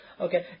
Okay